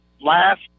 last